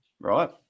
Right